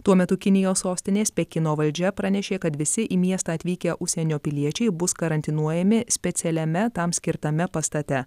tuo metu kinijos sostinės pekino valdžia pranešė kad visi į miestą atvykę užsienio piliečiai bus karantinuojami specialiame tam skirtame pastate